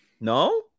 No